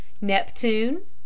Neptune